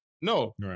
No